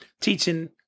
teaching